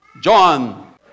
John